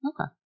Okay